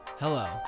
Hello